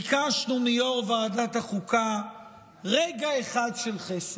ביקשנו מיו"ר ועדת החוקה רגע אחד של חסד.